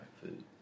Food